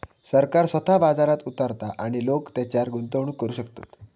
सरकार स्वतः बाजारात उतारता आणि लोका तेच्यारय गुंतवणूक करू शकतत